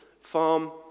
farm